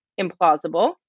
implausible